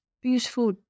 beautiful